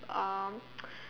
um